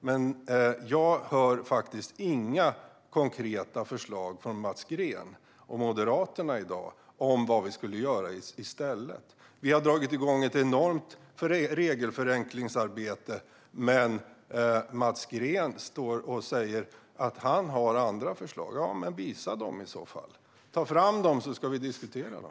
Men jag hör faktiskt inga konkreta förslag från Mats Green och Moderaterna i dag om vad vi skulle göra i stället. Vi har dragit igång ett enormt regelförenklingsarbete, men Mats Green står och säger att han har andra förslag. Visa dem i så fall! Ta fram dem så ska vi diskutera dem.